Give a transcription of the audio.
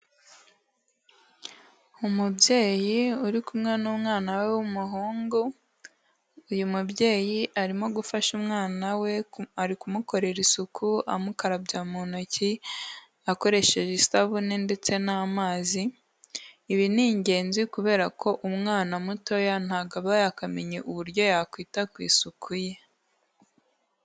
Umubyeyi uri kumwe n'umwana we w'umuhungu, uyu mubyeyi arimo gufasha umwana we ari kumukorera isuku amukarabya mu ntoki akoresheje isabune ndetse n'amazi, ibi ni ingenzi kubera ko umwana mutoya ntago aba yakamenya uburyo yakwita ku isuku ye.